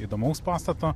įdomaus pastato